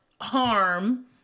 harm